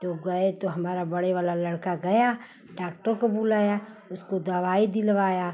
तो गए तो हमारा बड़ा वाला लड़का गया डॉक्टर को बुलाया उसको दवाई दिलवाया